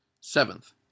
Seventh